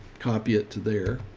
copy it to there.